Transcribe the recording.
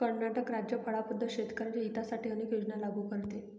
कर्नाटक राज्य फळांबद्दल शेतकर्यांच्या हितासाठी अनेक योजना लागू करते